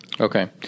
okay